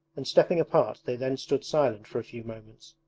and stepping apart they then stood silent for a few moments.